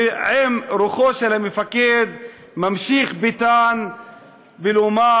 ועם רוחו של המפקד ממשיך ביטן ואומר